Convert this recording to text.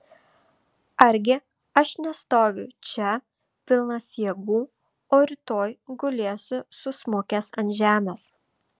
argi aš nestoviu čia pilnas jėgų o rytoj gulėsiu susmukęs ant žemės